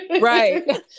right